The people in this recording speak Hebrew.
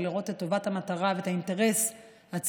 ולראות את טובת המטרה ואת האינטרס הציבורי.